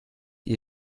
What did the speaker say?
ihr